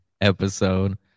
episode